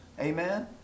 Amen